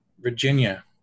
Virginia